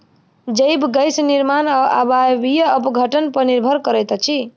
जैव गैस निर्माण अवायवीय अपघटन पर निर्भर करैत अछि